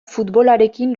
futbolarekin